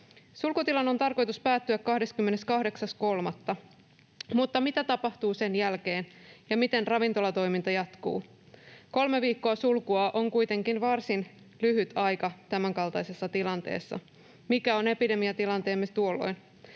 Sulkutilan on tarkoitus päättyä 28.3., mutta mitä tapahtuu sen jälkeen, ja miten ravintolatoiminta jatkuu? Kolme viikkoa sulkua on kuitenkin varsin lyhyt aika tämänkaltaisessa tilanteessa. Mikä on epidemiatilanteemme tuolloin?